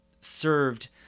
served